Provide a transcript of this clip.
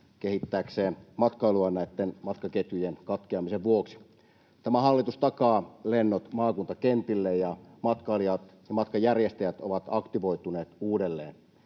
kehittääkseen matkailua näitten matkaketjujen katkeamisen vuoksi. Tämä hallitus takaa lennot maakuntakentille, ja matkailijat ja matkanjärjestäjät ovat aktivoituneet uudelleen.